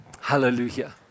Hallelujah